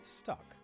Stuck